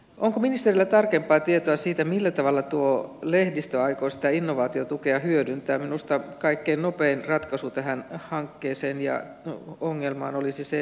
onko ministerillä tarkempaa tietoa siitä millä tavalla tuohon lehdistä aikuisten innovaatiotukea hyödyntää minusta kaikkein nopein ratkaisu tähän hankkeeseen ja ongelmaan olisi se